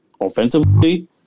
offensively